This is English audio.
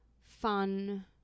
fun